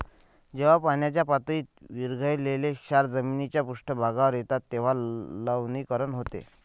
जेव्हा पाण्याच्या पातळीत विरघळलेले क्षार जमिनीच्या पृष्ठभागावर येतात तेव्हा लवणीकरण होते